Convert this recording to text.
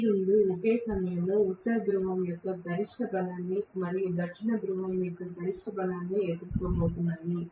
ఈ రెండూ ఒకే సమయంలో ఉత్తర ధ్రువం యొక్క గరిష్ట బలాన్ని మరియు దక్షిణ ధ్రువం యొక్క గరిష్ట బలాన్ని ఎదుర్కోబోతున్నాయి